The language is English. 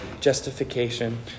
justification